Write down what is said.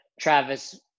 Travis